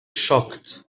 shocked